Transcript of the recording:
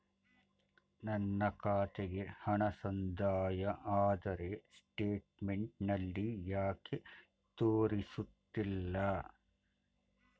ನನ್ನ ಖಾತೆಗೆ ಹಣ ಸಂದಾಯ ಆದರೆ ಸ್ಟೇಟ್ಮೆಂಟ್ ನಲ್ಲಿ ಯಾಕೆ ತೋರಿಸುತ್ತಿಲ್ಲ?